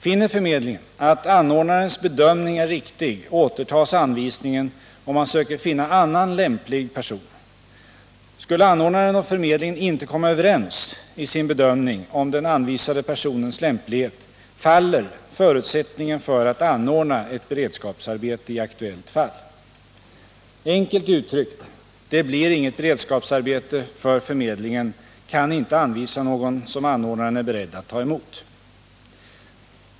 Finner förmedlingen att anordnarens bedömning är riktig, återtas anvisningen, och man söker finna annan lämplig person. Skulle anordnaren och förmedlingen inte komma överens i sin bedömning om den anvisade personens lämplighet, faller förutsättningen för att anordna ett beredskaps arbete i aktuellt fall. Enkelt uttryckt: det blir inget beredskapsarbete, eftersom förmedlingen inte kan anvisa någon som anordnaren är beredd att ta emot.